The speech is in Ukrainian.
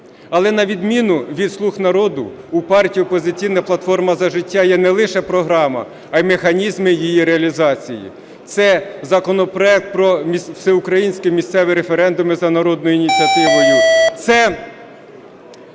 Але, на відміну від "Слуги народу", у партії "Опозиційна платформа – За життя" є не лише програма, а й механізми її реалізації. Це законопроект про всеукраїнський та місцеві референдуми за народною ініціативою. Це